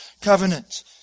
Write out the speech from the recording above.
Covenant